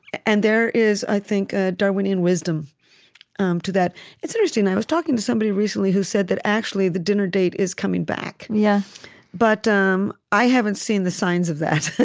and there is, i think, a darwinian wisdom um to that it's interesting i was talking to somebody recently who said that actually, the dinner date is coming back. yeah but um i haven't seen the signs of that,